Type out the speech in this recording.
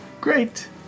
great